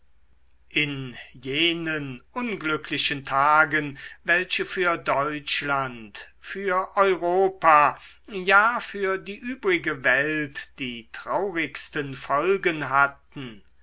in jenen unglücklichen tagen welche für deutschland für europa ja für die übrige welt die traurigsten folgen hatten